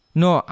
no